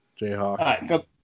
Jayhawk